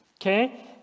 okay